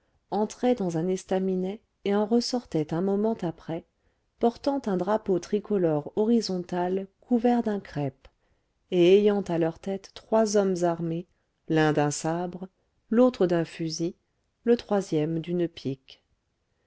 entraient dans un estaminet et en ressortaient un moment après portant un drapeau tricolore horizontal couvert d'un crêpe et ayant à leur tête trois hommes armés l'un d'un sabre l'autre d'un fusil le troisième d'une pique